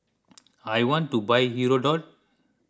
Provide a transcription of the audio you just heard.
I want to buy Hirudoid